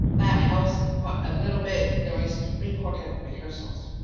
that helps a little bit during string quartet rehearsals.